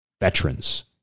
veterans